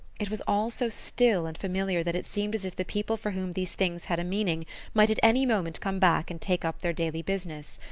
it was all so still and familiar that it seemed as if the people for whom these things had a meaning might at any moment come back and take up their daily business.